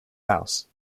house